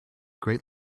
great